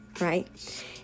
right